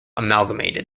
amalgamated